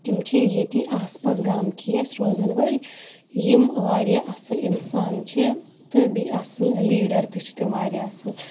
تِم چھِ ییٚتی آس پاس گامکی اَسہِ روزَن وٲلۍ یِم واریاہ اصٕل اِنسان چھِ تہٕ بیٚیہِ اَصٕل لیڈَر تہِ چھِ تِم واریاہ اَصٕل